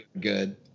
good